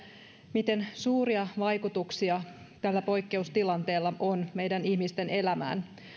miten suuria vaikutuksia tällä poikkeustilanteella on meidän ihmisten elämään